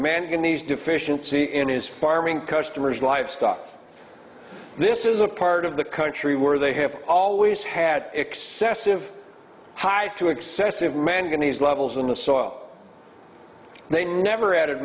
in these deficiency in his farming customers live stuff this is a part of the country where they have always had excessive high too excessive man going to these levels in the soil they never added